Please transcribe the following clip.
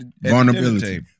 vulnerability